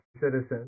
citizens